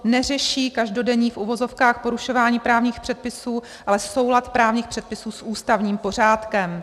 Neřeší každodenní v uvozovkách porušování právních předpisů, ale soulad právních předpisů s ústavním pořádkem.